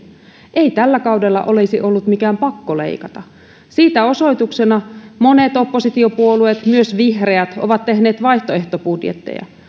ei tällä kaudella olisi ollut mikään pakko leikata siitä osoituksena monet oppositiopuolueet myös vihreät ovat tehneet vaihtoehtobudjetteja